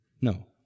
No